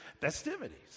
festivities